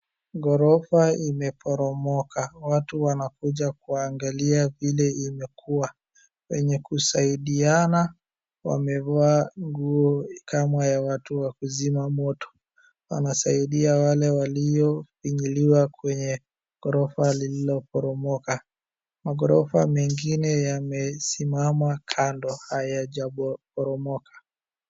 Ghorofa imeporomoka, watu wanakuja kuangalia vile imekuwa, wenye kusaidiana, wamevaa nguo kama ya watu wa kuzima moto. Wanasaidia wale walio finyiliwa kwenye ghorofa lililoporomoka. Maghorofa mengine yamesimama kando hayajaporomoka.